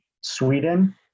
Sweden